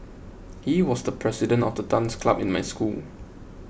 he was the president of the dance club in my school